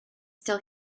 still